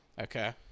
Okay